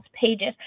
pages